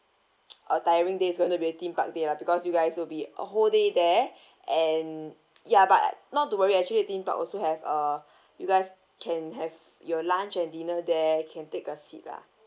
a tiring day is going to be the theme park day ah because you guys will be a whole day there and ya but not to worry actually theme park also have uh you guys can have your lunch and dinner there you can take a seat lah